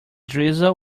drizzle